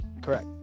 correct